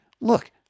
Look